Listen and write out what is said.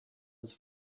his